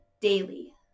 daily